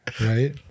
Right